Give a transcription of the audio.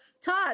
Todd